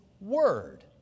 Word